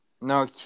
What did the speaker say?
No